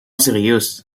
serius